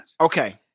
okay